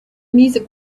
music